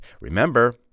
Remember